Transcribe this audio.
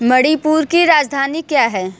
मणिपुर की राजधानी क्या है